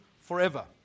forever